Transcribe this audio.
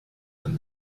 than